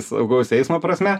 saugaus eismo prasme